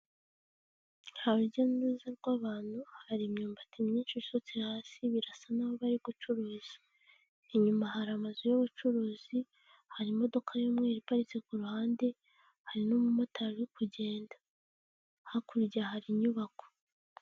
Hari urujya n'uruza rw'abantu, hari imyumbati myinshi ishotse hasi birasa naho bari gucuruza. Inyuma hari amazu y'ubucuruzi, hari imodoka y'umweru iparitse ku ruhande, hari n'umumotari uri kugenda. Hakurya hari inyubako.